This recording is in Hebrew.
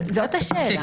כן או לא?